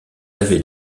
avaient